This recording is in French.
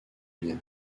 bien